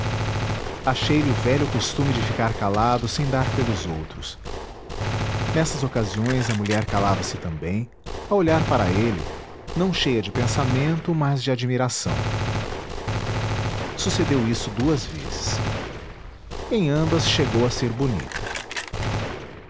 sei achei lhe o velho costume de ficar calado sem dar pelos outros nessas ocasiões a mulher calava-se também a olhar para ele não cheia de pensamento mas de admiração sucedeu isso duas vezes em ambas chegou a ser bonita